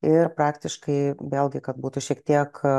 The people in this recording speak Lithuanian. ir praktiškai vėlgi kad būtų šiek tiek